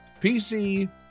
PC